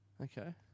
Okay